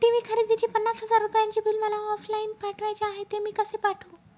TV खरेदीचे पन्नास हजार रुपयांचे बिल मला ऑफलाईन पाठवायचे आहे, ते मी कसे पाठवू?